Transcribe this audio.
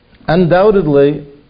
Undoubtedly